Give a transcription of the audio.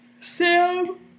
Sam